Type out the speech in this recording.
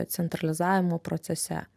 centralizavimo procese